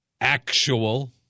actual